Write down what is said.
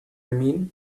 mean